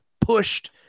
pushed